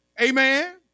Amen